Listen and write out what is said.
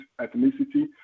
ethnicity